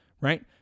right